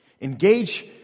Engage